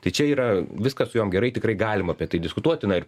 tai čia yra viskas su jom gerai tikrai galim apie tai diskutuoti na ir